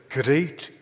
great